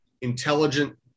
intelligent